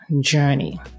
journey